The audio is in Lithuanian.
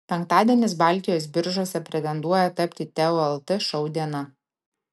penktadienis baltijos biržose pretenduoja tapti teo lt šou diena